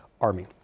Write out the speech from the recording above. army